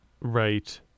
Right